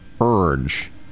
urge